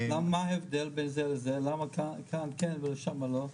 מה ההבדל בין זה לזה, למה כאן כן ושמה לא?